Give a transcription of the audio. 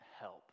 help